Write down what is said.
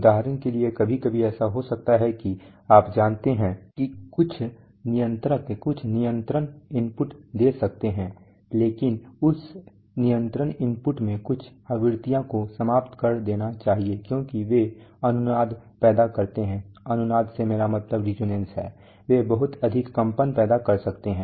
उदाहरण के लिए कभी कभी ऐसा हो सकता है कि आप जानते हैं कि कुछ नियंत्रक कुछ नियंत्रण इनपुट दे सकते हैं लेकिन उस नियंत्रण इनपुट में कुछ आवृत्तियों को समाप्त कर देना चाहिए क्योंकि वे अनुनाद पैदा करते हैं वे बहुत अधिक कंपन पैदा कर सकते हैं